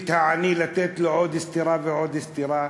ולעני לתת עוד סטירה ועוד סטירה,